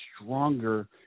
stronger